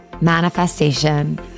manifestation